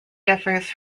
differs